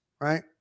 right